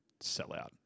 Sellout